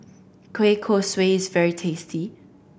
kueh kosui is very tasty